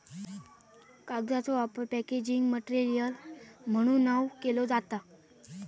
कागदाचो वापर packaging material म्हणूनव केलो जाता